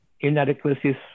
inadequacies